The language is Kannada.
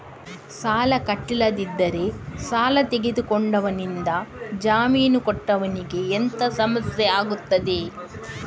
ಸಾಲ ಕಟ್ಟಿಲ್ಲದಿದ್ದರೆ ಸಾಲ ತೆಗೆದುಕೊಂಡವನಿಂದ ಜಾಮೀನು ಕೊಟ್ಟವನಿಗೆ ಎಂತ ಸಮಸ್ಯೆ ಆಗ್ತದೆ?